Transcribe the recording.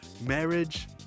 Marriage